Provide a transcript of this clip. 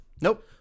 nope